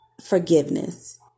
Forgiveness